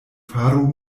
faru